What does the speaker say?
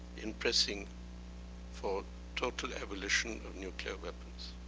in pressing for total abolition of nuclear weapons.